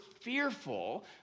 fearful